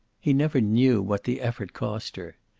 he never knew what the effort cost her.